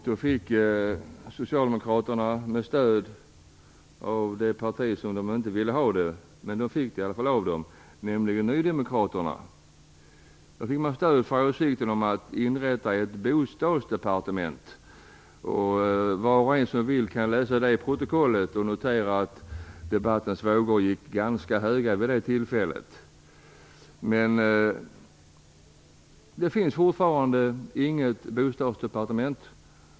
Då fick socialdemokraterna stöd från det parti som de inte vill ha stöd ifrån, nämligen nydemokraterna, för förslaget om att inrätta ett bostadsdepartement. Den som vill kan läsa det protokollet och notera att debattens vågor gick ganska höga vid det tillfället. Men det finns fortfarande inget bostadsdepartement.